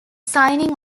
signing